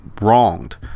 wronged